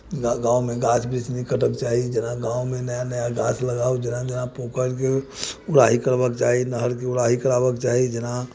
पूरा गाममे गाछ वृक्ष नहि कटक चाही जेना गाममे नया नया गाछ लगावक जेना जेना पोखरिके उड़ाही करबक चाही नहरके उड़ाही कराबक चाही जेना